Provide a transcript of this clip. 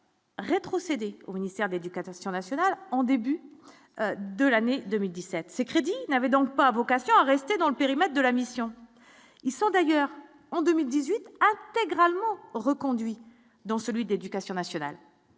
rétrocédés au ministère d'Éducation nationale en début de l'année 2017 ces crédits n'avait donc pas vocation à rester dans le périmètre de la mission, ils sont d'ailleurs en 2018 intègre allemand reconduit dans celui d'éducation nationale.